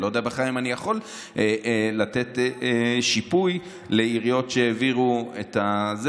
אני לא יודע בכלל אם אני יכול לתת שיפוי לעיריות שהעבירו את זה.